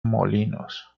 molinos